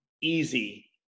easy